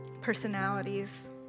personalities